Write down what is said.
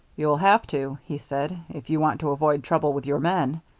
you'll have to, he said, if you want to avoid trouble with your men.